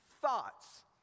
thoughts